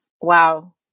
Wow